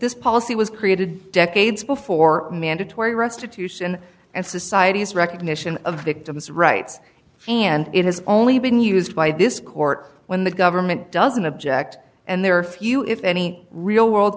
this policy was created decades before mandatory restitution and society's recognition of the victim's rights and it has only been used by this court when the government doesn't object and there are few if any real world